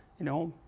you know,